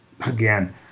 again